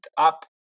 up